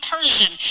persian